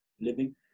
living